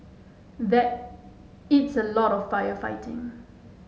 that it's a lot of firefighting